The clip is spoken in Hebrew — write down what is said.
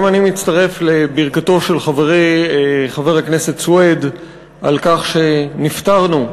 גם אני מצטרף לברכתו של חברי חבר הכנסת סוייד על כך שנפטרנו,